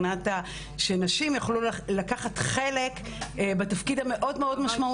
שנשים יוכלו לקחת חלק בתפקיד המאוד מאוד משמעותי,